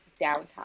downtime